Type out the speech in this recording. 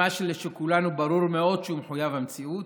מה שלכולנו ברור מאוד שהוא מחויב המציאות,